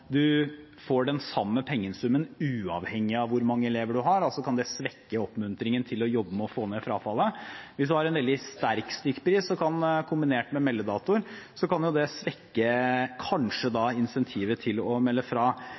får den samme pengesummen, uavhengig av hvor mange elever man har, altså kan det svekke oppmuntringen til å jobbe med å få ned frafallet. Hvis man har en veldig sterk stykkpris kombinert med meldedatoer, kan det kanskje svekke incentivet til å melde fra.